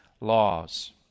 laws